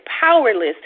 powerless